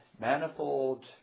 Manifold